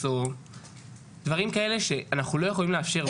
או דברים כאלה שאנחנו לא יכולים לאפשר.